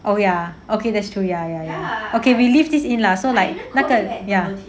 oh ya okay that's true ya ya ya okay we leave this in lah so like 那个 ya